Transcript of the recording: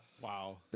Wow